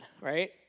right